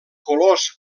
colors